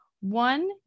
one